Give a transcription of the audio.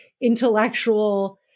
intellectual